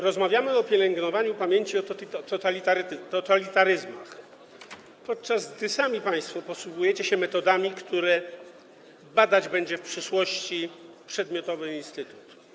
Rozmawiamy o pielęgnowaniu pamięci o totalitaryzmach, podczas gdy sami państwo posługujecie się metodami, które badać będzie w przyszłości przedmiotowy instytut.